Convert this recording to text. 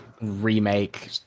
remake